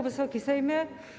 Wysoki Sejmie!